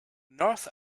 north